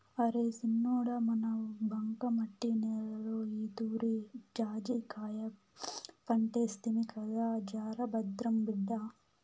అరే సిన్నోడా మన బంకమట్టి నేలలో ఈతూరి జాజికాయ పంటేస్తిమి కదా జరభద్రం బిడ్డా